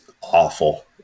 awful